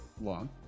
long